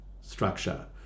structure